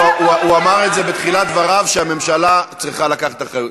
הוא אמר בתחילת דבריו שהממשלה צריכה לקחת אחריות.